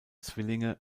zwillinge